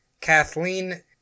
Kathleen